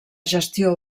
gestió